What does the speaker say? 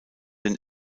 den